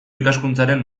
ikaskuntzaren